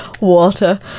water